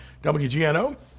WGNO